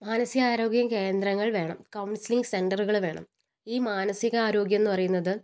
മനസികാരോഗ്യ കേന്ദ്രങ്ങൾ വേണം കൗൺസിലിങ് സെൻറ്ററുകള് വേണം ഈ മാനസികാരോഗ്യമെന്ന് പറയുന്നത്